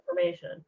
information